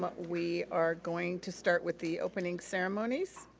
but we are going to start with the opening ceremonies.